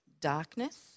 darkness